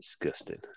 Disgusting